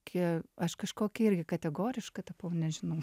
kie aš kažkokia irgi kategoriška tapau nežinau